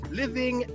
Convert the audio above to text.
living